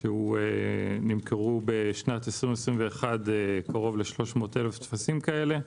ונמכרו ב-2021 כ-300 אלף טפסים כאלה,